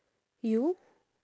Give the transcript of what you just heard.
you